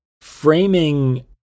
framing